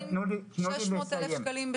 שנדרש ליקוי עיקרי של 40%?